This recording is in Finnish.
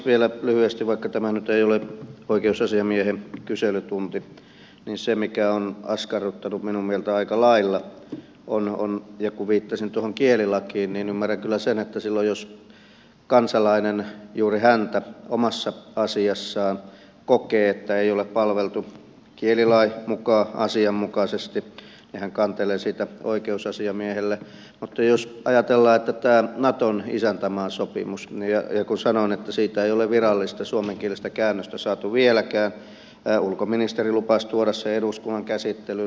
vielä lyhyesti vaikka tämä nyt ei ole oikeusasiamiehen kyselytunti niin se mikä on askarruttanut minun mieltäni aika lailla on se kun viittasin tuohon kielilakiin niin ymmärrän kyllä sen että silloin jos kansalainen juuri omassa asiassaan kokee että häntä ei ole palveltu kielilain mukaan asianmukaisesti niin hän kantelee siitä oikeussasiamiehelle että kun sanoin että tästä naton isäntämaasopimuksesta ei ole virallista suomenkielistä käännöstä saatu vieläkään niin ulkoministeri lupasi tuoda sen eduskunnan käsittelyyn